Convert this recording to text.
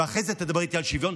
ואחרי זה תדבר איתי על שוויון.